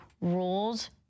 rules